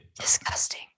Disgusting